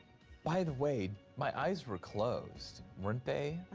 by the way, my eyes were closed, weren't they?